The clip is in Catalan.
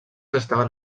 estaven